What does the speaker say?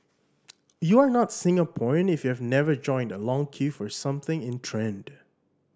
you are not Singaporean if you have never joined a long queue for something in trend